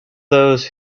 those